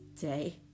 day